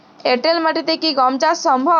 এঁটেল মাটিতে কি গম চাষ সম্ভব?